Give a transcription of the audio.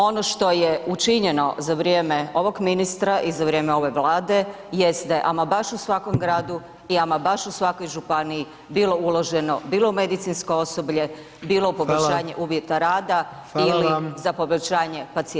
Ono što je učinjeno za vrijeme ovog ministra i za vrijeme ove Vlade jeste ama baš u svakom gradu i ama baš u svakoj županiji bilo uloženo, bilo u medicinsko osoblje, bilo u poboljšanje uvjeta rada [[Upadica: Hvala.]] ili za poboljšanje pacijenata.